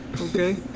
okay